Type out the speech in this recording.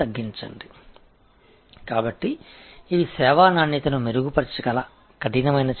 எனவே இவை சர்வீஸ் க்வாலிடியை மேம்படுத்தக்கூடிய கடினமான நடவடிக்கைகள்